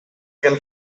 again